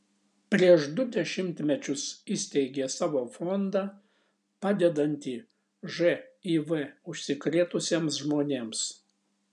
prieš du dešimtmečius įsteigė savo fondą padedantį živ užsikrėtusiems žmonėms